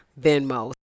Venmo